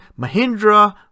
mahindra